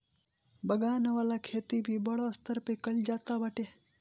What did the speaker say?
बागन वाला खेती बड़ स्तर पे कइल जाता बाटे